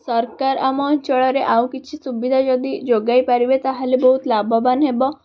ସରକାର ଆମ ଅଞ୍ଚଳରେ ଆଉ କିଛି ସୁବିଧା ଯଦି ଯୋଗାଇ ପାରିବେ ତା'ହେଲେ ବହୁତ ଲାଭବାନ ହେବ